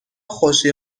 خوشی